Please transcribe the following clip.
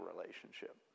relationship